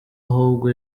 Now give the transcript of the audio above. ahubwo